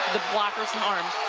the blockers' arms.